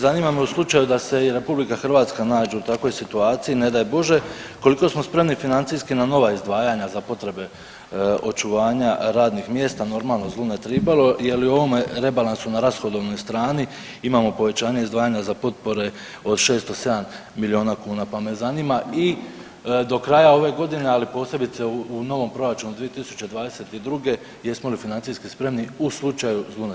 Zanima me u slučaju da se i RH nađe u takvoj situaciji, ne daj Bože, koliko smo spremni financijski na nova izdvajanja za potrebe očuvanja radnih mjesta, normalno zlu ne tribalo jel u ovome rebalansu na rashodovnoj strani imamo povećanje izdvajanja za potpore od 607 milijuna kuna, pa me zanima i do kraja ove godine, ali posebice u novom proračunu 2022. jesmo li financijski spremni u slučaju zlu ne tribalo?